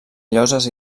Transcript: lloses